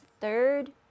third